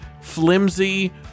flimsy